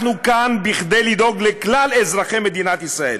אנחנו כאן כדי לדאוג לכלל אזרחי מדינת ישראל.